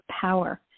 power